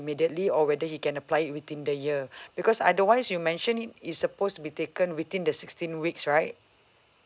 immediately or whether he can apply it within the year because otherwise you mention it it's supposed to be taken within the sixteen weeks right